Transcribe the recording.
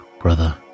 brother